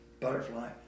butterfly